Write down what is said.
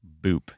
Boop